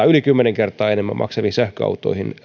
yli kymmenen kertaa enemmän maksaviin sähköautoihin